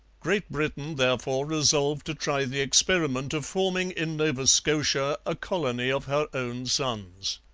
great britain, therefore, resolved to try the experiment of forming in nova scotia a colony of her own sons.